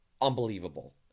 unbelievable